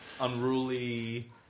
Unruly